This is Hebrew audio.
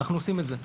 ואנו עושים את זה.